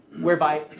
whereby